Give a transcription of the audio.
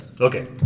Okay